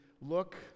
look